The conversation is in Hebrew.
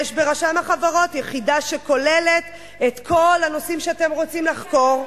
יש ברשם החברות יחידה שכוללת את כל הנושאים שאתם רוצים לחקור,